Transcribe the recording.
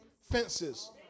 Fences